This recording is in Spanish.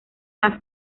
las